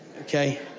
Okay